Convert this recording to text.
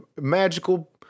magical